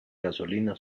gasolina